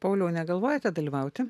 pauliau negalvojate dalyvauti